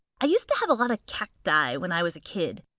i used to have a lot of cacti when i was a kid.